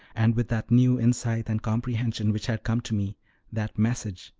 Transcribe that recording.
and with that new insight and comprehension which had come to me that message,